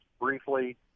briefly